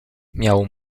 miał